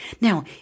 Now